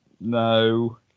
no